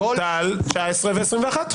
טל, 19, ו-21.